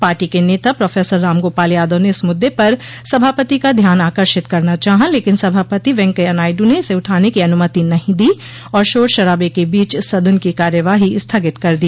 party के नेता professor Ram Gopal Yadav ने इस मुद्दे पर सभापति का ध्यान आकर्षित करना चाहा लेकिन सभापति वेंकैया नायड् ने इसे उठाने की अनुमति नहीं दी और शोर शराबे के बीच सदन की कार्यवाही स्थगित कर दी